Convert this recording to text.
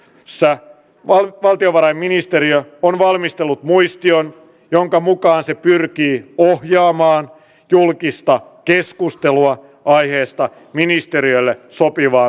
sä vaan valtiovarainministeriö on valmistellut muistioon jonka mukaan se pyrkii ohjaamaan julkista keskustelua aiheesta ministeriöllä sopivaa